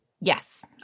Yes